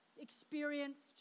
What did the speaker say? experienced